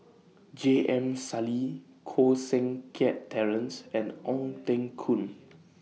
J M Sali Koh Seng Kiat Terence and Ong Teng Koon